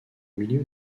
milieu